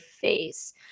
face